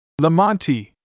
Lamonti